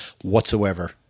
whatsoever